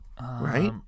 Right